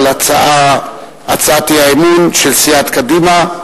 על הצעת האי-אמון של סיעת קדימה.